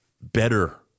better